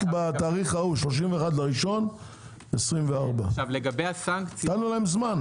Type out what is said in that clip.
רק בתאריך ההוא, 31.1.24. נתנו להם זמן.